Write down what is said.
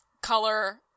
color